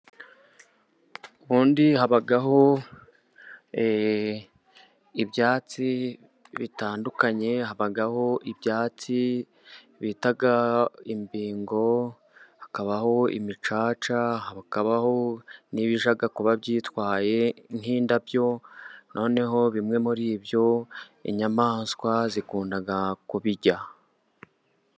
Ubundi habaho ibyatsi bitandukanye: habaho ibyatsi bita imbingo, hakabaho imicaca, hakabaho n'ibijya kuba byitwaye nk'indabyo, noneho bimwe muri ibyo inyamaswa zikunda kubirya.